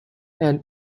and